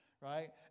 right